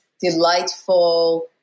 delightful